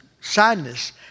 sadness